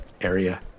area